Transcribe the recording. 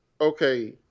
okay